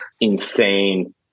Insane